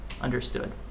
understood